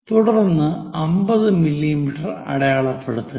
തുടർന്ന് 50 മില്ലീമീറ്റർ അടയാളപ്പെടുത്തുക